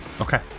Okay